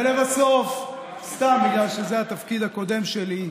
ולבסוף, סתם בגלל שזה התפקיד הקודם שלי,